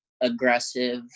aggressive